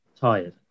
tired